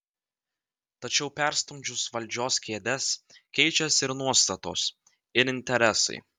tačiau perstumdžius valdžios kėdes keičiasi ir nuostatos ir interesai